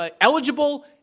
eligible